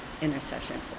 intercession